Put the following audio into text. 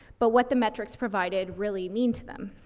but what the metrics provided really mean to them,